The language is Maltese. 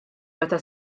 meta